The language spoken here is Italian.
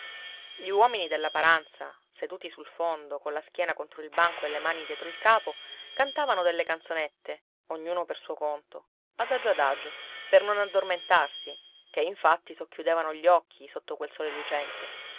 gli uomini della paranza seduti sul fondo colla schiena contro il banco e le mani dietro il capo cantavano delle canzonette ognuno per suo conto adagio adagio per non addormentarsi che infatti socchiudevano gli occhi sotto il sole lucente